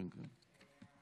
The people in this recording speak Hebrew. נגד, חבר הכנסת מרגי, נגד.